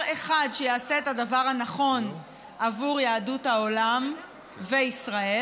אחד שיעשה את הדבר הנכון עבור יהדות העולם וישראל,